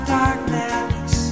darkness